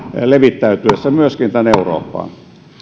levittäytyessä myöskin tänne eurooppaan